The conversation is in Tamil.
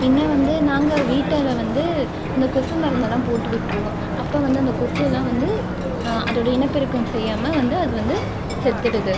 பின்னே வந்து நாங்கள் வீட்டில வந்து அந்த கொசு மருந்துலாம் போட்டு விட்டுருவோம் அப்போ வந்து அந்த கொசுலாம் வந்து அதோட இனப்பெருக்கம் செய்யாமல் வந்து அது வந்து செத்துடுது